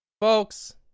Folks